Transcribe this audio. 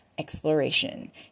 Exploration